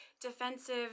defensive